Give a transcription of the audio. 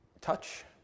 touch